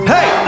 Hey